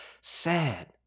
Sad